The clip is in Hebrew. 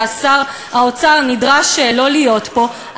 ושר האוצר לא נדרש להיות פה,